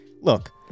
Look